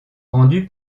pendu